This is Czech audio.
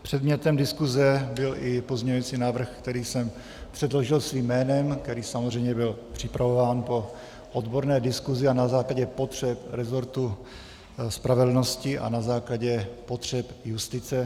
Předmětem diskuse byl i pozměňovací návrh, který jsem předložil svým jménem, který samozřejmě byl připravován po odborné diskusi a na základě potřeb rezortu spravedlnosti a na základě potřeb justice.